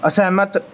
ਅਸਹਿਮਤ